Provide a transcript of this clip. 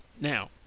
Now